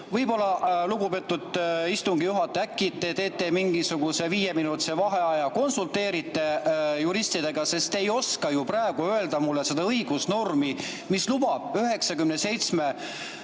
Võib-olla, lugupeetud istungi juhataja, te teete mingisuguse viieminutilise vaheaja ja konsulteerite juristidega, sest te ei oska praegu öelda mulle seda õigusnormi, mis lubab